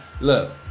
Look